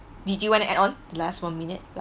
did you wanna add on last one minute